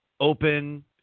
open